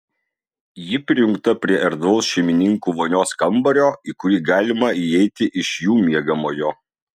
ji prijungta prie erdvaus šeimininkų vonios kambario į kurį galima įeiti iš jų miegamojo